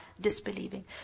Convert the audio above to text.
disbelieving